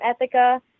Ethica